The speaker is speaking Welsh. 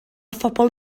phobl